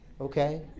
okay